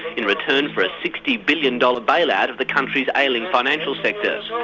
in return for a sixty billion dollars bailout of the country's ailing financial sectors.